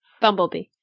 Bumblebee